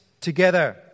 together